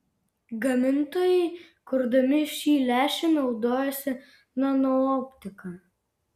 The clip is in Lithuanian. gamintojai kurdami šį lęšį naudojosi nanooptika